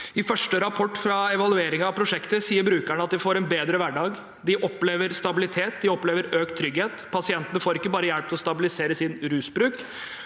I første rapport fra evalueringen av prosjektet sier brukerne at de får en bedre hverdag. De opplever stabilitet, og de opplever økt trygghet. Pasientene får ikke bare hjelp til å stabilisere sin rusbruk